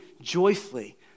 joyfully